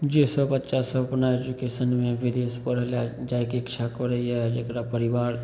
जे सब बच्चासभ अपना एजुकेशनमे विदेश पढ़ैलए जाइके इच्छा करैए जकरा परिवार